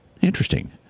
Interesting